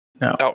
No